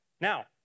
Now